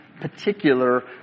particular